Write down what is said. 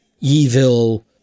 evil